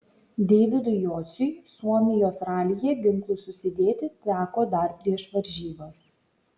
deividui jociui suomijos ralyje ginklus susidėti teko dar prieš varžybas